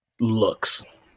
looks